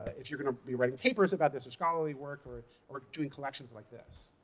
if you're going to be writing papers about this, or scholarly work, or are doing collections like this,